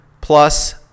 plus